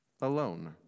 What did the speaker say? alone